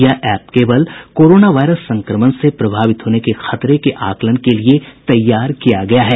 यह ऐप केवल corona virus संक्रमण से प्रभावित होने के खतरे के आकलन के लिए तैयार किया गया है